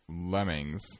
Lemmings